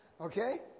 Okay